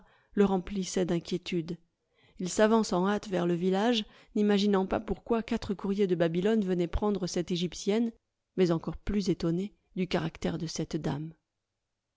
le remplissait d'inquiétude il s'avance en hâte vers le village n'imaginant pas pourquoi quatre courriers de babylone venaient prendre cette egyptienne mais encore plus étonné du caractère de cette dame